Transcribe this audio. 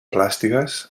plásticas